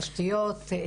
תשתיות,